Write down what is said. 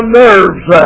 nerves